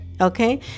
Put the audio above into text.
okay